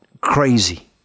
crazy